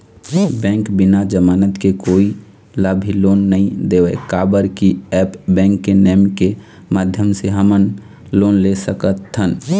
Bank बिना जमानत के कोई ला भी लोन नहीं देवे का बर की ऐप बैंक के नेम के माध्यम से हमन लोन ले सकथन?